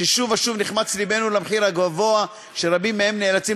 ששוב ושוב נחמץ לבנו לנוכח המחיר הגבוה שרבים מהם נאלצים